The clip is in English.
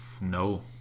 no